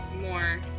more